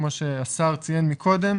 כפי שהשר ציין מקודם,